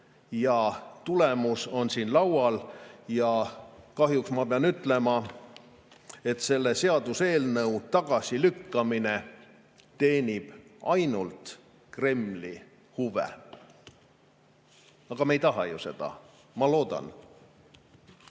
Tulemus on siin laual. Kahjuks ma pean ütlema, et selle seaduseelnõu tagasilükkamine teenib ainult Kremli huve. Aga seda me ju ei taha, ma loodan.